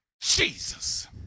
Jesus